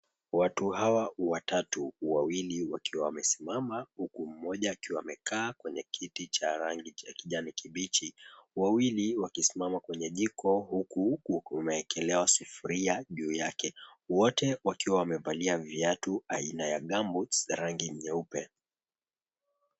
Watu hawa watatu wawili wakiwa wamesimama huku mmoja akiwa amekaa kwenye kiti cha rangi ya kijani kibichi, wawili wakisimama kwenye jiko huku kumeekelewa sufuria ju yake. Wote wakiwa wamevalia viatu ainaya gambuti rangi nyeupe.